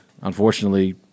Unfortunately